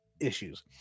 issues